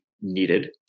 needed